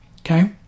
Okay